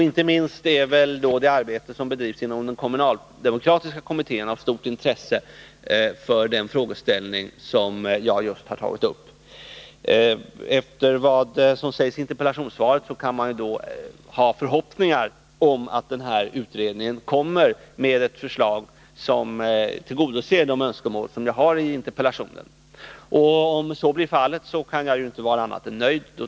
Inte minst det arbete som bedrivs inom den kommunaldemokratiska kommittén är av stort intresse för den frågeställning som jag här har tagit upp. Med anledning av vad som sägs i interpellationssvaret kan man ha förhoppningar om att denna utredning kommer med ett förslag som tillgodoser de önskemål som jag har framfört i interpellationen. Om så blir fallet, kan jag inte vara annat än nöjd.